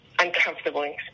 uncomfortable